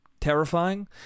Terrifying